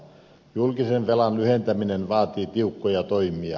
julkisen velan lyhentäminen vaatii tiukkoja toimia